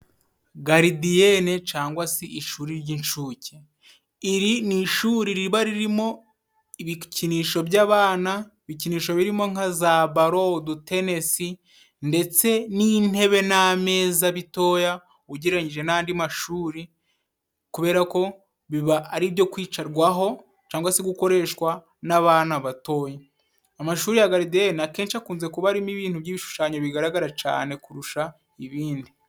Garidiyene cangwa se ishuri ry'inshuke. Iri ni ishuri riba ririmo ibikinisho by'abana, ibikinisho birimo nka za baro, udutenesi ndetse n'intebe n'ameza bitoya, ugereranyije n'andi mashuri kubera ko biba ari ibyo kwicarwaho cangwa se gukoreshwa n'abana batoya. Amashuri ya garidiyene akenshi akunze kuba arimo ibintu by'ibishushanyo, bigaragara cane kurusha ibindi.